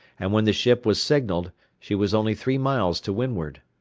and when the ship was signalled she was only three miles to windward.